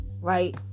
Right